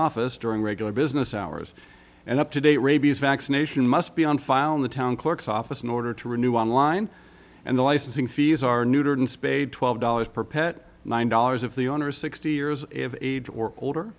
office during regular business hours and up to date rabies vaccination must be on file in the town clerk's office in order to renew online and the licensing fees are neutered spayed twelve dollars per pet nine dollars if the owner is sixty years of age or older